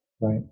Right